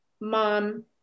mom